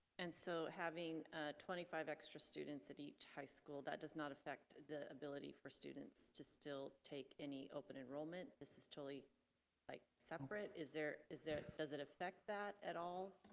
and so having twenty five extra students at each high school that does not affect the ability for students to still take any open enrollment this is totally like separate. is there is does it affect that at all?